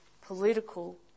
political